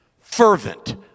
fervent